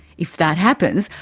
if that happens,